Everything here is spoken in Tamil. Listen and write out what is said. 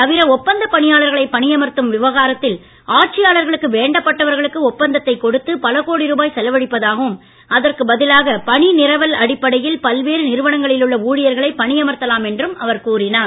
தவிர ஒப்பந்தப் பணியாளர்களை பணியமர்த்தும் விவகாரத்தில் ஒப்பந்தத்தை கொடுத்து பல கோடி ரூபாய் செலவழிப்பதாகவும் அதற்கு பதிலாக பணிநிரவல் அடிப்படையில் பல்வேறு நிறுவனங்களிலுள்ள ஊழியர்களை பணியமர்த்தலாம் என்றும் அவர் கூறினார்